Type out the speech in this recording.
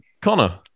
Connor